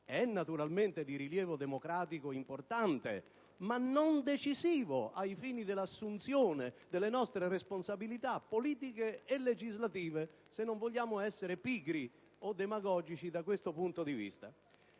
naturalmente di importante rilievo democratico, non è decisivo ai fini dell'assunzione delle nostre responsabilità politiche e legislative, se non vogliamo essere pigri o demagogici, da questo punto di vista.